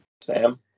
Sam